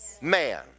man